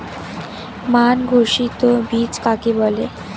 মান ঘোষিত বীজ কাকে বলে?